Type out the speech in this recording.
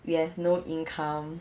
you have no income